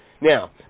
Now